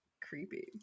Creepy